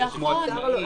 המועצה תכיר בו.